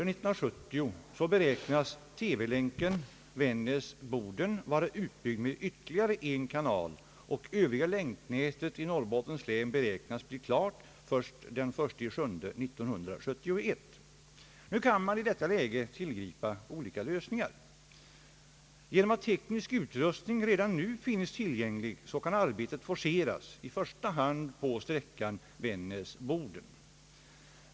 Nu kan man i detta läge tillgripa olika lösningar. Genom att teknisk utrustning redan nu finns tillgänglig kan arbetet forceras i första hand på sträckan Vännäs—Boden.